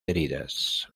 heridas